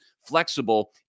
flexible